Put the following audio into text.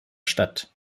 statt